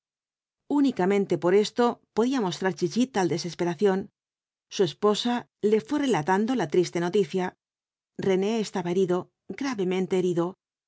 únicamente por esto podía mostrar chichi tal desesperación su esposa le fué relatando la triste noticia rene estaba herido gravemente herido